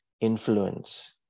Influence